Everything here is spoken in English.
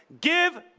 give